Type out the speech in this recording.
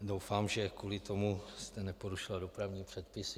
Doufám, že jste kvůli tomu neporušila dopravní předpisy.